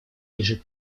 лежит